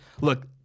Look